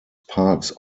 parks